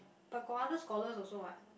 but got other scholars also what